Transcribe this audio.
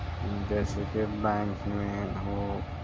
جیسے کہ بینک میں ہو